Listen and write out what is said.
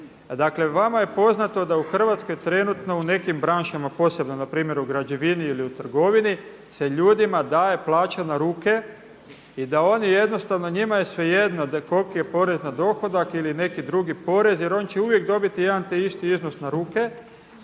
Dakle, vama je poznato da u Hrvatskoj trenutno u nekim branšama posebno na primjer u građevini ili u trgovini se ljudima daje plaća na ruke i da oni jednostavno, njima je svejedno da koliki je porez na dohodak ili neki drugi porez. Jer on će uvijek dobiti jedan te isti iznos na ruke